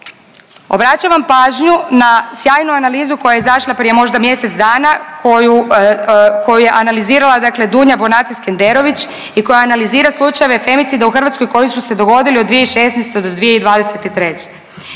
Obraćam vam pažnju na sjajnu analizu koja je izašla prije možda mjesec dana koju je analizirala, dakle Dunja Bonaca Skenderović i koja analizira slučajeve femicida u Hrvatskoj koji su se dogodili od 2016. do 2023.